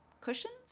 Cushions